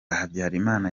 habyarimana